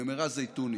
נמרה זיתוני